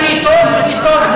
יש רופא טוב, אם אני טוב, אני טוב.